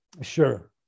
Sure